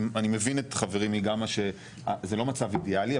אני מבין את חברי מגמא שזה לא מצב אידיאלי,